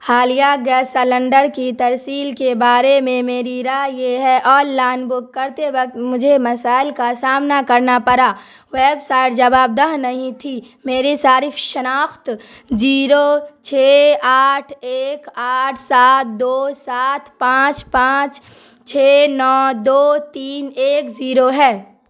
حالیہ gas cylinder کی ترسیل کے بارے میں میری رائے یہ ہے آن لائن بک کرتے وقت مجھے مسائل کا سامنا کرنا پڑا ویب سائٹ جواب دہ نہیں تھی میری صارف شناخت زیرو چھ آٹھ ایک آٹھ سات دو سات پانچ پانچ چھ نو دو تین ایک زیرو ہے